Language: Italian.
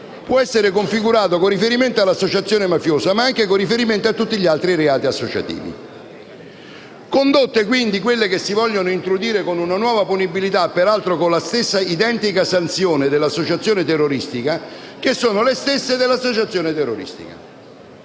può essere configurato con riferimento all'associazione mafiosa, ma anche con riferimento a tutti gli altri reati associativi. Le condotte, quindi, che si vogliono introdurre con una nuova punibilità - peraltro con la stessa identica sanzione dell'associazione terroristica - sono le stesse della associazione terroristica.